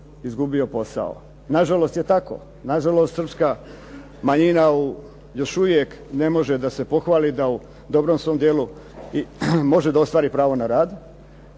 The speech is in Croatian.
izgubio posao. Na žalost je tako. Na žalost Srpska manjina još uvijek ne može da se pohvali da u dobrom svom dijelu može da ostvari pravo na rad.